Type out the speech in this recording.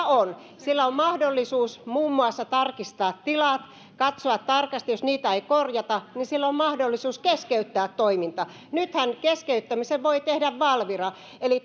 on sillä on mahdollisuus muun muassa tarkistaa tilat katsoa tarkasti jos niitä ei korjata niin sillä on mahdollisuus keskeyttää toiminta nythän keskeyttämisen voi tehdä valvira